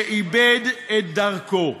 שאיבד את דרכו.